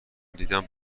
دیدم